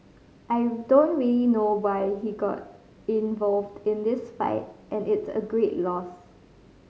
I don't really know why he got involved in this fight and it's a great loss